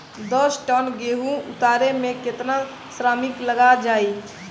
दस टन गेहूं उतारे में केतना श्रमिक लग जाई?